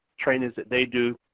trainings that they do.